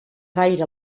gaire